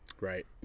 right